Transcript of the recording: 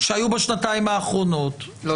שהיו בשנתיים האחרונות --- לא.